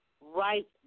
right